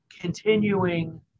continuing